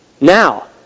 Now